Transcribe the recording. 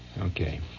Okay